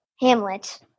Hamlet